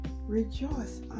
Rejoice